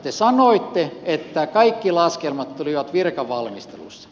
te sanoitte että kaikki laskelmat tulivat virkavalmisteluissa